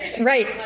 Right